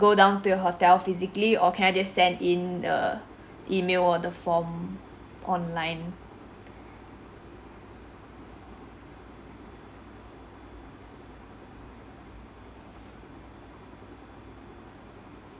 go down to your hotel physically or can I just send in a E-mail or the form online